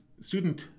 student